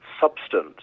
substance